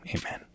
amen